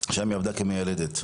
שם היא עבדה כמיילדת.